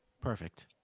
perfect